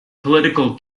political